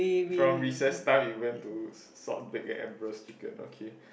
from recess time it went to salt big emperor's chicken